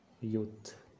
Youth